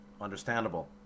understandable